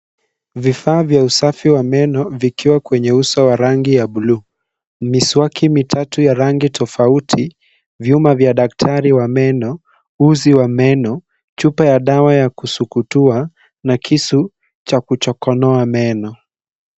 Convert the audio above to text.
Vifaa vya usafi wa meno vikiwa kwenye uso wa rangi ya bluu. Miswaki mitatu ya rangi tofauti, vyuma vya daktari wa meno, uzi wa meno, chupa ya dawa ya kusugutua na kisu cha kuchokonoa meno.